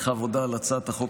המטרה, הצעת החוק